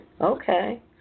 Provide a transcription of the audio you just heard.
Okay